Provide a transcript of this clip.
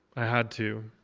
i had to.